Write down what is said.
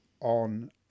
on